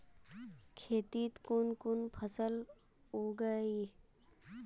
खेतीत कुन कुन फसल उगेई?